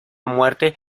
muerte